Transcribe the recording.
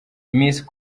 miss